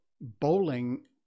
bowling